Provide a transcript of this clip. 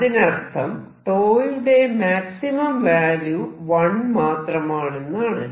അതിനർത്ഥം 𝞃 യുടെ maximum value 1 മാത്രമാണെന്നാണ്